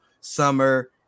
Summer